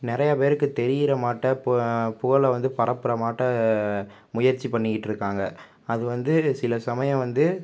நிறைய பேருக்கு தெரியுற மாட்ட புகழை வந்து பரப்புர மாட்ட முயற்சி பண்ணிட்டு இருகாங்க அது வந்து சில சமயம் வந்து